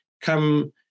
come